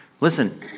Listen